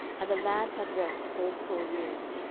and the land had rest fourscore years.